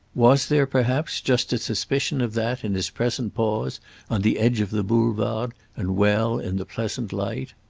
was there perhaps just a suspicion of that in his present pause on the edge of the boulevard and well in the pleasant light?